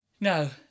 no